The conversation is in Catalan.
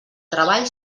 treball